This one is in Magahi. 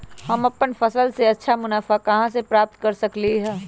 हम अपन फसल से अच्छा मुनाफा कहाँ से प्राप्त कर सकलियै ह?